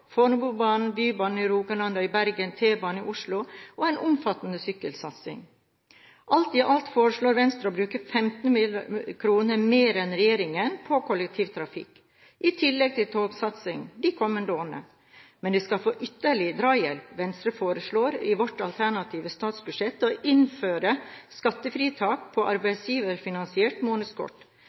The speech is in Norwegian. Rogaland, Bybanen i Bergen, T-banen i Oslo og en omfattende sykkelsatsing. Alt i alt foreslår Venstre å bruke 15 mrd. kr mer enn regjeringen på kollektivtrafikk – i tillegg til togsatsingen – de kommende årene. Men de skal få ytterligere drahjelp: Venstre foreslår i sitt alternative statsbudsjett å innføre skattefritak på arbeidsgiverfinansiert månedskort.